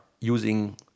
using